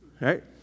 right